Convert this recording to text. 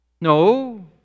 No